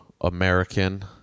American